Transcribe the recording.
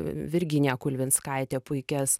virginija kulvinskaitė puikias